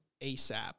ASAP